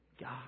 God